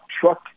truck